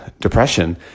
depression